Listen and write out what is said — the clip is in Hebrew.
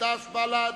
חד"ש ובל"ד.